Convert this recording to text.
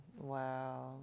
Wow